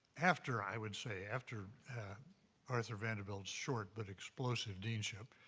after, i would say, after arthur vanderbilt's short but explosive deanship,